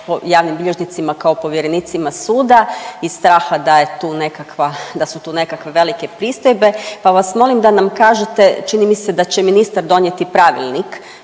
javnim bilježnicima kao povjerenicima suda iz straha da je tu nekakva, da su tu nekakve velike pristojbe, pa vas molim da nam kažete, čini mi se da će ministar donijeti pravilnik